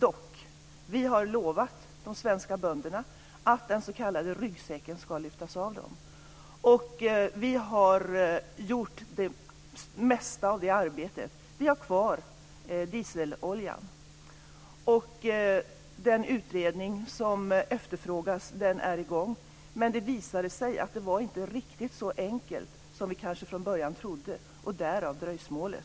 Men vi har lovat de svenska bönderna att den s.k. ryggsäcken ska lyftas av dem. Vi har gjort det mesta av det arbetet, men vi har kvar dieseloljan. Den utredning som efterfrågas pågår. Men det visade sig att det inte var riktigt så enkelt som vi kanske trodde från början, och därav dröjsmålet.